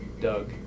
Doug